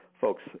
folks